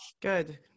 Good